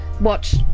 watch